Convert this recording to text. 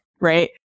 right